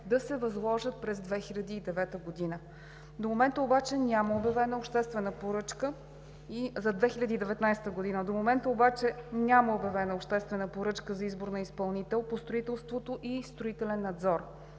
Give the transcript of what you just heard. да се възложат през 2019 г. До момента обаче няма обявена обществена поръчка за избор на изпълнител по строителството и строителния надзор.